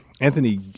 Anthony